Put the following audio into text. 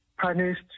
punished